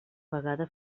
vegada